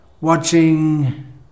watching